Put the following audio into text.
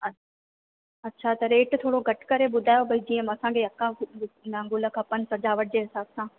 अच अच्छा त रेट थोरो घटि करे ॿुधायो भाई जीअं असांखे अका बि ग़ुल खपनि सॼावट जे हिसाब सां